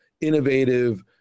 innovative